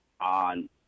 on